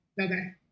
Okay